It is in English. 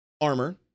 armor